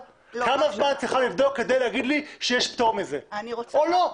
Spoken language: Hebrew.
כמה זמן את צריכה לבדוק כדי להגיד לי שיש פטור מזה או לא?